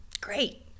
Great